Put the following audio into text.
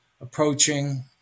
approaching